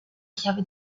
chiave